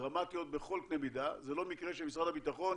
דרמטיות בכל קנה מידה, זה לא מקרה שמשרד הביטחון